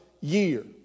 year